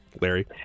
Larry